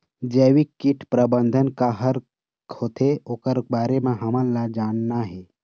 जैविक कीट प्रबंधन का हर होथे ओकर बारे मे हमन ला जानना हे?